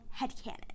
headcanon